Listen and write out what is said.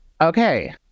Okay